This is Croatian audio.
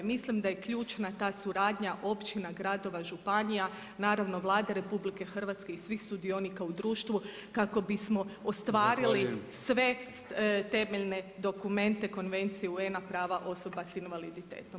Mislim da je ključna ta suradnja općina, gradova, županija, naravno Vlade RH i svih sudionika u društvu kako bismo ostvarili sve temeljne dokumente Konvencije UN-a prava osoba sa invaliditetom.